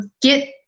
get